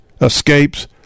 escapes